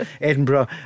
Edinburgh